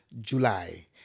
July